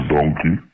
Donkey